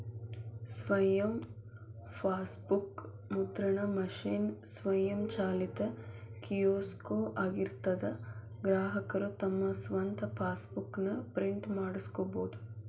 ಸ್ವಯಂ ಫಾಸ್ಬೂಕ್ ಮುದ್ರಣ ಮಷೇನ್ ಸ್ವಯಂಚಾಲಿತ ಕಿಯೋಸ್ಕೊ ಆಗಿರ್ತದಾ ಗ್ರಾಹಕರು ತಮ್ ಸ್ವಂತ್ ಫಾಸ್ಬೂಕ್ ನ ಪ್ರಿಂಟ್ ಮಾಡ್ಕೊಬೋದು